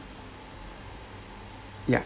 ya